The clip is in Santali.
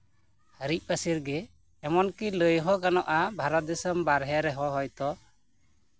ᱦᱤᱨᱤᱡ ᱯᱟᱹᱥᱤᱨ ᱜᱮ ᱮᱢᱚᱱ ᱠᱤ ᱞᱟᱹᱭ ᱦᱚᱸ ᱜᱟᱱᱚᱜᱼᱟ ᱵᱷᱟᱨᱚᱛ ᱫᱤᱥᱚᱢ ᱵᱟᱨᱦᱮ ᱨᱮᱦᱚᱸ ᱦᱳᱭᱛᱳ